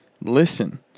Listen